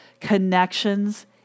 Connections